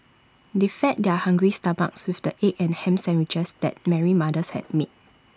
they fed their hungry stomachs with the egg and Ham Sandwiches that Mary's mother had made